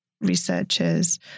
researchers